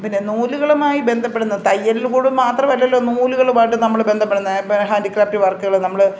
പിന്നെ നൂലുകളുമായി ബന്ധപ്പെടുന്ന തയ്യലില് കൂടെ മാത്രമല്ലല്ലോ നൂലുകളുമായിട്ട് നമ്മള് ബന്ധപ്പെടുന്നെ ഹാൻഡിക്രാഫ്റ്റ് വർക്കുകള് നമ്മള്